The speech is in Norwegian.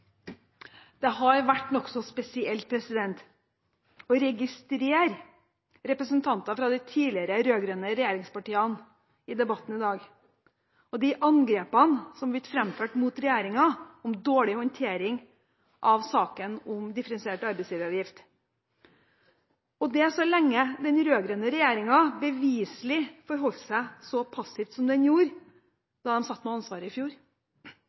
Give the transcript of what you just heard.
Det har vært nokså spesielt å registrere representanter fra de tidligere rød-grønne regjeringspartiene i debatten i dag, og de angrepene som er blitt framført mot regjeringen, om dårlig håndtering av saken om differensiert arbeidsgiveravgift – og det så lenge den rød-grønne regjeringen beviselig forholdt seg så passivt som den gjorde da den satt med ansvaret i fjor.